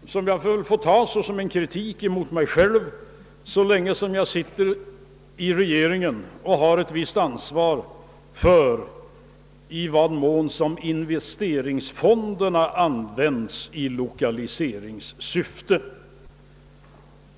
vilket väl får uppfattas som en kritik mot mig själv, så länge som jag sitter i regeringen och har ett visst ansvar för i vad mån investeringsfonderna används i lokaliseringssyfte.